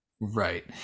Right